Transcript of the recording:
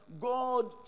God